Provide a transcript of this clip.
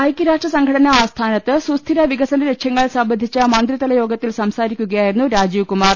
ഐക്യരാഷ്ട്രസംഘടനാ ആസ്ഥാനത്ത് സുസ്ഥിര വികസന ലക്ഷ്യങ്ങൾ സംബന്ധിച്ച മന്ത്രിതല യോഗത്തിൽ സംസാരിക്കുക യായിരുന്നു രാജീവ് കുമാർ